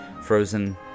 Frozen